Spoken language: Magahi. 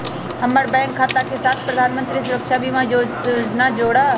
हम्मर बैंक खाता के साथ प्रधानमंत्री सुरक्षा बीमा योजना जोड़ा